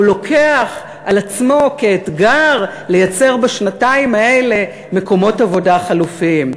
הוא לוקח על עצמו כאתגר לייצר בשנתיים האלה מקומות עבודה חלופיים.